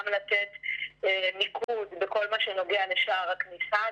לתת מיקוד בכל מה שנוגע לשער הכניסה,